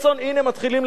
הנה מתחילים לצאת.